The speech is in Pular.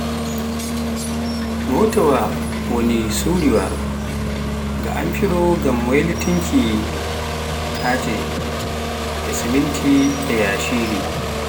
mootaawa woni suuriwaa, nga amfiro ngam waylitinkin kacce simitiji je yashiri.